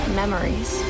memories